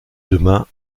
demain